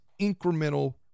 Incremental